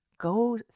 go